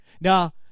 Now